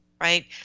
right